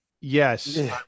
Yes